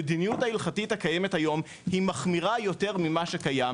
המדיניות ההלכתית הקיימת היום היא מחמירה יותר ממה שקיים